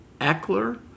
Eckler